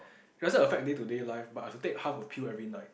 it doesn't affect day to day life but I have to take half a pill every night